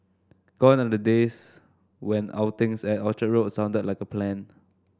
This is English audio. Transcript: gone are the days when outings at Orchard Road sounded like a plan